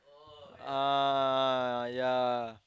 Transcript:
ah yeah